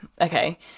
okay